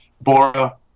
Bora